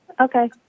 Okay